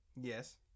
Yes